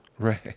Right